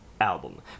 album